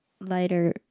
lighter